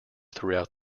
throughout